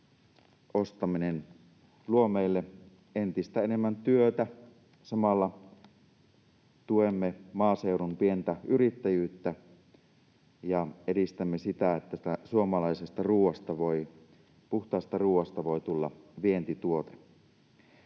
ostaminen luo meille entistä enemmän työtä. Samalla tuemme maaseudun pientä yrittäjyyttä ja edistämme sitä, että suomalaisesta ruoasta, puhtaasta ruoasta, voi tulla vientituote.